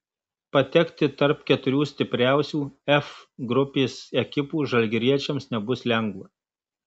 patekti tarp keturių stipriausių f grupės ekipų žalgiriečiams nebus lengva